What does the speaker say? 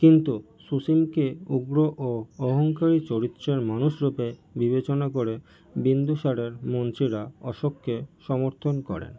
কিন্তু সুসীমকে উগ্র ও অহংকারী চরিত্রের মানুষ রূপে বিবেচনা করে বিন্দুসারের মন্ত্রীরা অশোককে সমর্থন করেন